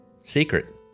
secret